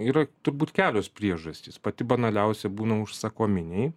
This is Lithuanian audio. yra turbūt kelios priežastys pati banaliausia būna užsakominiai